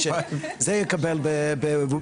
את זה הוא יקבל בפייסבוק.